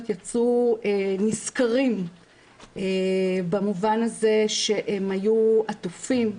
יצאו נשכרים במובן הזה שהם היו עטופים,